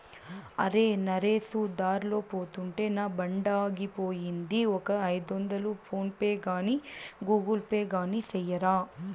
అరే, నరేసు దార్లో పోతుంటే నా బండాగిపోయింది, ఒక ఐదొందలు ఫోన్ పే గాని గూగుల్ పే గాని సెయ్యరా